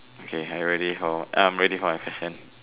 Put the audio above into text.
okay are you ready for I'm ready for my question